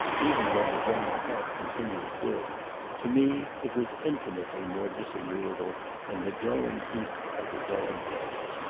even when the general health continues good to me, it was infinitely more disagreeable than the glowing heat of the dog-days.